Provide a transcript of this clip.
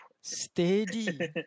Steady